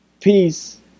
Peace